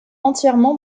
entièrement